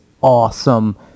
awesome